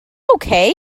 okay